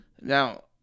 Now